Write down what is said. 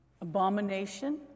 abomination